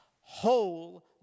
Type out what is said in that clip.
whole